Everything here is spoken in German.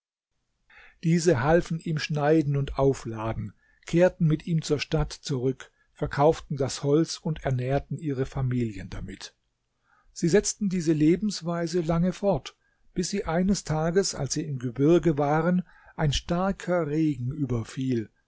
diese halfen ihm schneiden und aufladen kehrten mit ihm zur stadt zurück verkauften das holz und ernährten ihre familien damit sie setzten diese lebensweise lange fort bis sie eines tages als sie im gebirge waren ein starker regen überfiel